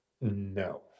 No